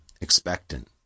expectant